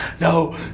no